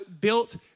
built